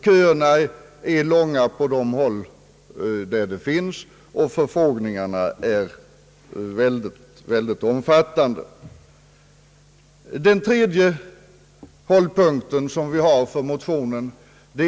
Köerna är långa där sådan undervisning meddelas, och förfrågningarna är mycket omfattande.